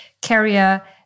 carrier